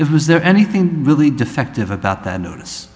was there anything really defective about that notice